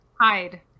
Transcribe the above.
Hide